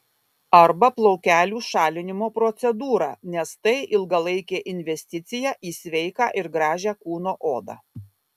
arba plaukelių šalinimo procedūrą nes tai ilgalaikė investiciją į sveiką ir gražią kūno odą